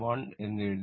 1 എന്ന് എഴുതി